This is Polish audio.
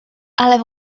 ale